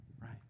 right